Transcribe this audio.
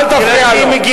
אל תפריע לו.